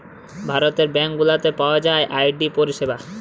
ভারতের ব্যাঙ্ক গুলাতে পাওয়া যায় আর.ডি পরিষেবা